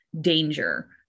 danger